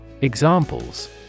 Examples